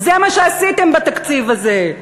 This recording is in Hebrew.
זה מה שעשיתם בתקציב הזה.